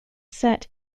set